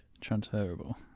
Transferable